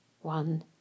one